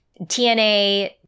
TNA